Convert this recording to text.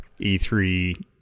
E3